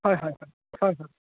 হয় হয় হয় হয় হয়